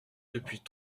depuis